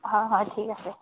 হয় হয় ঠিক আছে